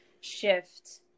shift